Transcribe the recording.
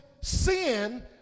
sin